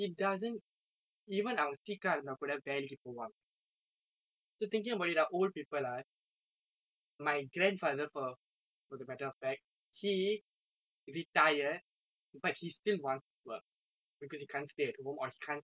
so thinking about it about ah old people ah my grandfather for for the matter of fact he retired but he still wants to work because he can't stay at home or he can't stand living with his children's money